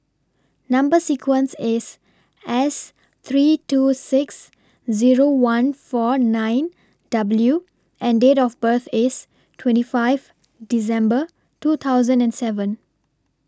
Number sequence IS S three two six Zero one four nine W and Date of birth IS twenty five December two thousand and seven